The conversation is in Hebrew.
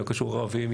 לא קשור ערבים,